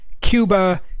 Cuba